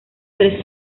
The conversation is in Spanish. tres